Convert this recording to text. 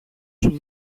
σου